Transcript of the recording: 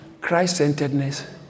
Christ-centeredness